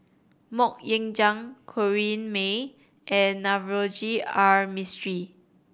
Mok Ying Jang Corrinne May and Navroji R Mistri